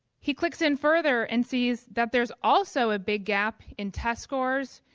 he clicks in further and sees that there's also a big gap in test scores,